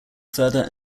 further